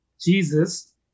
Jesus